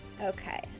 Okay